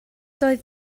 doedd